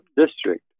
district